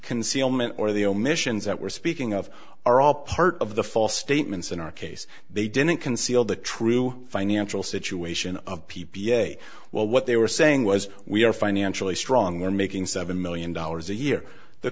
concealment or the omissions that we're speaking of are all part of the false statements in our case they didn't conceal the true financial situation of p p a well what they were saying was we are financially strong we're making seven million dollars a year the